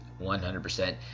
100%